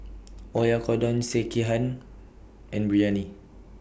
Oyakodon Sekihan and Biryani